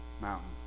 mountain